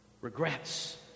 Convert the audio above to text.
Regrets